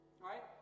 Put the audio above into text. right